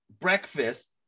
breakfast